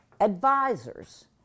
advisors